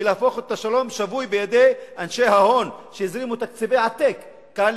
היא להפוך את השלום שבוי בידי אנשי ההון שיזרימו תקציבי עתק כאן,